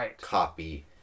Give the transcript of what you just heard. copy